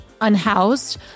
unhoused